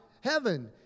heaven